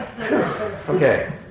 Okay